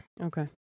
Okay